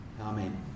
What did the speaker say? Amen